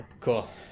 Cool